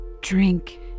Drink